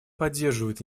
поддерживает